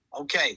Okay